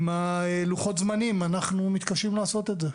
עם לוחות הזמנים אנחנו מתקשים לעשות את זה.